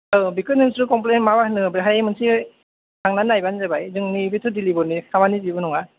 ओ बेखौ नोंसोरो कमप्लेन बा मा होनो बेहाय मोनसे थांनानै नायहैबानो जाबाय जोंनि बेथ' दिलिभारिनि खामानि जेबो नङा